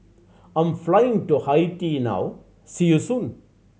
I'm flying to Haiti now see you soon